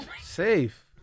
Safe